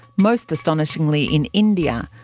most astonishingly in india,